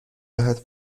راحت